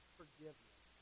forgiveness